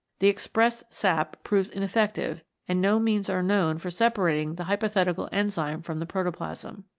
the expressed sap proves ineffective and no means are known for separating the hypothetical enzyme from the protoplasm.